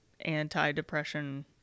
anti-depression